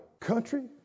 country